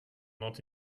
not